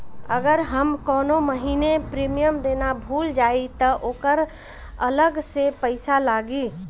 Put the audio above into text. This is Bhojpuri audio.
अगर हम कौने महीने प्रीमियम देना भूल जाई त ओकर अलग से पईसा लागी?